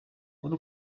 muri